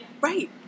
right